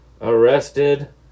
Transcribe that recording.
arrested